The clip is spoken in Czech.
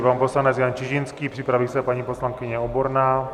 Pan poslanec Jan Čižinský, připraví se paní poslankyně Oborná.